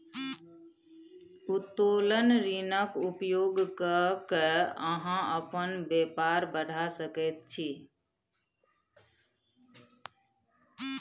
उत्तोलन ऋणक उपयोग क कए अहाँ अपन बेपार बढ़ा सकैत छी